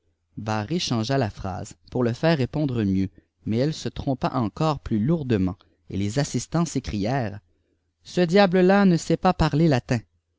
barré changea la phrase pour la faire répondre mieux mais elle se trompa encore plus îounlement et les assistants s'écrièrent ce diable là ne sait pas parler latin